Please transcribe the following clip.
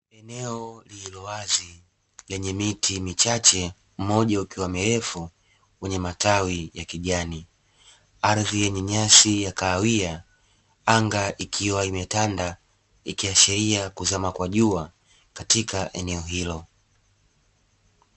Eneo lililowazi lenye miti michache mmoja ukiwa mrefu wenye matawi wa kijani, ardhi yenye nyasi ya kahawia, anga ikiwa imetanda ikiashira kuzama kwa jua katika eneo hilo.